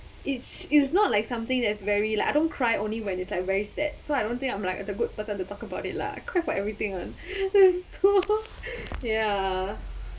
it's it's not like something that is very like I don't cry only when it's like very sad so I don't think I'm like a good person to talk about it lah I cry for everything [one] it's so ya